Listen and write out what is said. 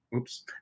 oops